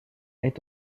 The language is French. est